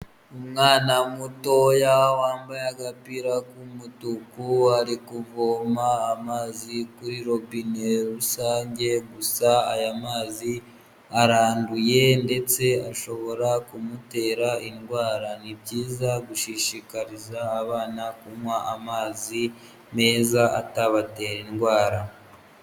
Umwana mutoya wambaye agapira k'umutuku, ari kuvoma amazi kuri robine rusange, gusa aya mazi aranduye, ndetse ashobora kumutera indwara. Ni byiza gushishikariza abana kunywa amazi meza, atabatera indwara.